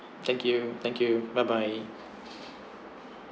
thank you thank you bye bye